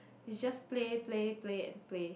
it's just play play play and play